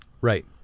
Right